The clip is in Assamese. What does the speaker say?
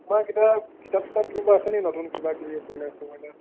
তোমাৰ কিবা কিতাপ চিতাপ কিনিব আছে নেকি নতুন কিবাকিবি উপন্যাস চোপন্যাস